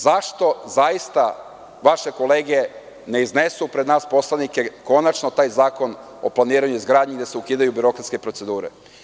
Zašto zaista vaše kolege ne iznesu pred nas poslanike konačno taj zakon o planiranju i izgradnji, gde se ukidaju birokratske procedure?